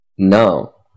No